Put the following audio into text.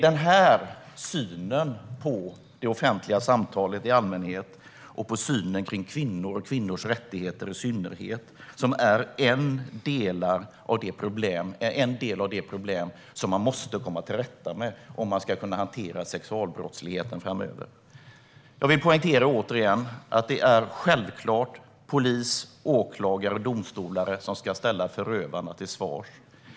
Den här synen på det offentliga samtalet i allmänhet och kvinnor och kvinnors rättigheter i synnerhet är en del av de problem som man måste komma till rätta med om man ska kunna hantera sexualbrottsligheten framöver. Jag vill återigen poängtera att det självklart är polis, åklagare och domstolar som ska ställa förövarna till svars.